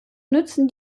nützen